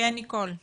נ"ב איתנו בזום?